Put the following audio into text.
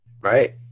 Right